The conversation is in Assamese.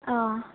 অ